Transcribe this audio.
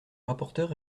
rapporteur